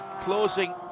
closing